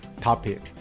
topic